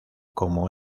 como